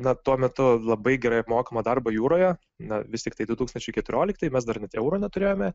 na tuo metu labai gerai apmokamą darbą jūroje na vis tiktai du tūkstančiai keturiolikti mes dar net euro neturėjome